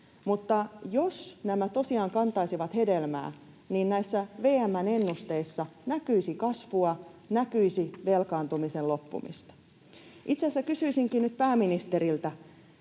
mutta jos nämä tosiaan kantaisivat hedelmää, niin näissä VM:n ennusteissa näkyisi kasvua, näkyisi velkaantumisen loppumista. Itse asiassa kysyisinkin nyt pääministeriltä: